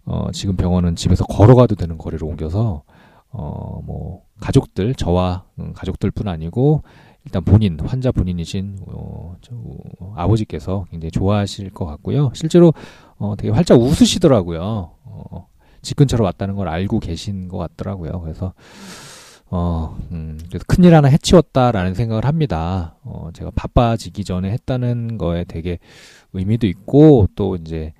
어, 지금 병원은 집에서 걸어가도 되는 거리로 옮겨서, 어, 뭐, 가족들, 저와, 음, 가족들뿐 아니고 일단 본인, 환자 본인이신, 어, 저, 어, 아버지께서 굉장히 좋아하실 것 같고요. 실제로, 어, 되게 활짝 웃으시더라고요. 어, 집 근처로 왔다는 걸 알고 계신 것 같더라고요. 그래서, 어, 음, 그래서 큰일 하나 해치웠다라는 생각을 합니다. 어, 제가 바빠지기 전에 했다는 거에 되게 의미도 있고, 또 이제